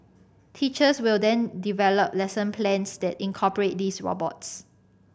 teachers will then develop lesson plans that incorporate these robots